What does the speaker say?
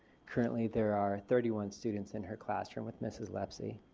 currently there are thirty one students in her classroom with ms lepsey.